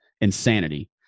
insanity